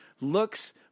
looks